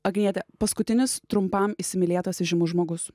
agniete paskutinis trumpam įsimylėtas įžymus žmogus